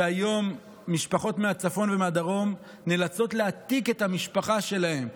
כשהיום משפחות מהצפון ומהדרום נאלצות להעתיק את המשפחה שלהן,